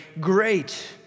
great